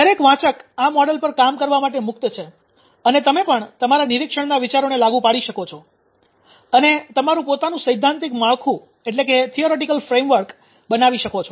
દરેક વાંચક આ મોડેલ પર કામ કરવા માટે મુક્ત છે અને તમે પણ તમારા નિરીક્ષણના વિચારોને લાગુ પાડી શકો છો અને તમારૂ પોતાનું સૈદ્ધાંતિક માળખું બનાવી શકો છો